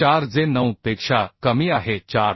4 जे 9 पेक्षा कमी आहे 4